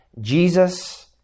Jesus